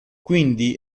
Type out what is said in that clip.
quindi